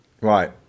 Right